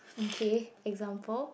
okay example